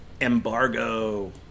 embargo